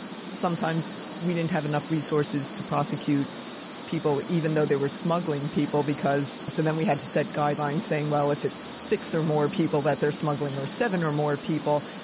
sometimes we didn't have enough resources to prosecute people, even though they were smuggling people because so then, we had to set guidelines saying, well, if it's six or more people that they're smuggling, or seven or more people,